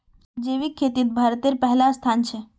जैविक खेतित भारतेर पहला स्थान छे